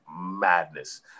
madness